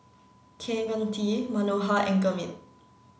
Kaneganti Manohar and Gurmeet